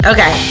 Okay